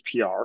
PR